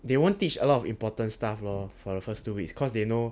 they won't teach a lot of important stuff lor for the first two weeks cause they know